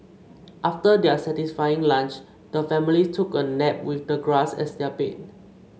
after their satisfying lunch the family took a nap with the grass as their bed